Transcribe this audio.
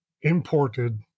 imported